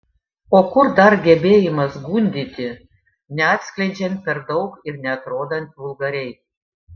o kur dar gebėjimas gundyti neatskleidžiant per daug ir neatrodant vulgariai